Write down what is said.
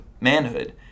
Manhood